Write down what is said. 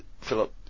Philip